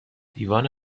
دیوان